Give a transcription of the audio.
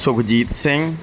Sukhjit Singh